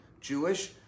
Jewish